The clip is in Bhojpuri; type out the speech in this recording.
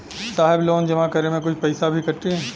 साहब लोन जमा करें में कुछ पैसा भी कटी?